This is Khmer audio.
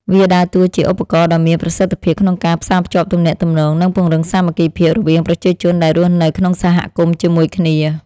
វាដើរតួជាឧបករណ៍ដ៏មានប្រសិទ្ធភាពក្នុងការផ្សារភ្ជាប់ទំនាក់ទំនង និងពង្រឹងសាមគ្គីភាពរវាងប្រជាជនដែលរស់នៅក្នុងសហគមន៍ជាមួយគ្នា។